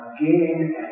again